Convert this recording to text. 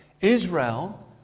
Israel